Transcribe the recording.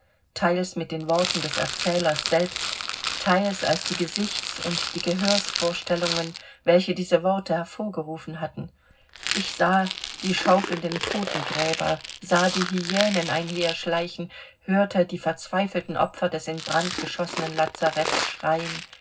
teils mit den worten des erzählers selbst teils als die gesichts und die gehörsvorstellungen welche diese worte hervorgerufen hatten ich sah die schaufelnden totengräber sah die hyänen einherschleichen hörte die verzweifelten opfer des in brand geschossenen lazareths schreien